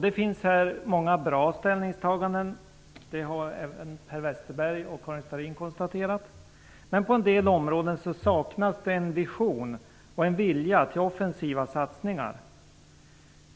Det finns här många bra ställningstaganden - det har även Per Westerberg och Karin Starrin konstaterat - men på en del områden saknas det en vision och en vilja till offensiva satsningar.